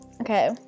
Okay